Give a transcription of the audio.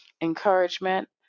encouragement